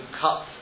cut